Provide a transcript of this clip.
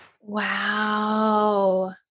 Wow